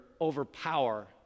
overpower